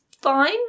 fine